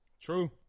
True